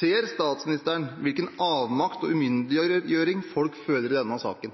Ser statsministeren hvilken avmakt og umyndiggjøring folk føler i denne saken?